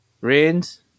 rains